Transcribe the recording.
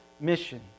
mission